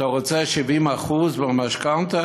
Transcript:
אתה רוצה 70% משכנתה?